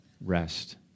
Rest